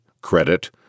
credit